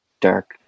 dark